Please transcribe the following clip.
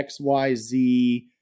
XYZ